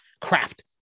craft